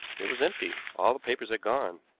it was empty. all the papers had gone.